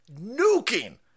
nuking